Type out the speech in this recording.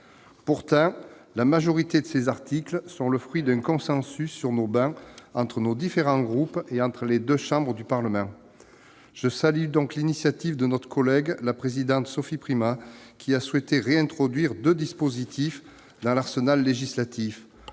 Pourtant, la majorité de ces articles sont le fruit d'un consensus, sur nos travées, entre nos différents groupes, et entre les deux chambres du Parlement. Je salue donc l'initiative de notre collègue, la présidente Sophie Primas, qui a souhaité réintroduire deux dispositifs dans l'arsenal législatif